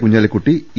Kunhalikutty E